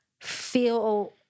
feel